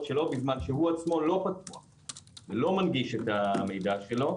שלו בזמן שהוא עצמו לא מנגיש את המידע שלו.